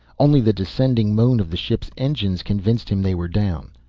only the descending moan of the ship's engines convinced him they were down.